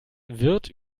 wird